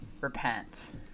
repent